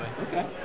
Okay